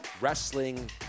wrestling